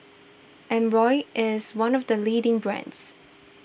Omron is one of the leading brands